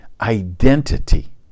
identity